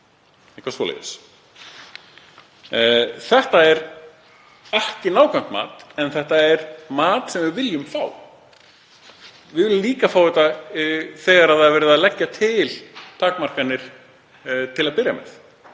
eitthvað svoleiðis. Þetta er ekki nákvæmt mat en þetta er mat sem við viljum fá. Við viljum líka fá þetta þegar verið er að leggja til takmarkanir yfir höfuð.